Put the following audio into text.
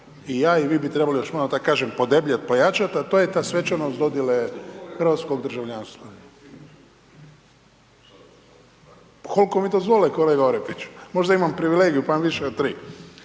i ja i vi bi trebali još malo da tako kažem podebljati, pojačati a to je ta svečanost dodjele hrvatskog državljanstva. .../Upadica se ne čuje./... Koliko mi dozvole kolega Orepiću, možda imam privilegiju pa imam više od 3.